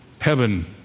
heaven